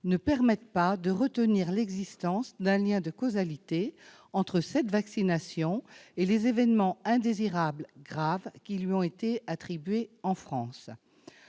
ne permettent pas de retenir l'existence d'un lien de causalité entre cette vaccination et les événements indésirables graves qui lui ont été attribués en France